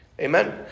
Amen